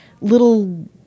little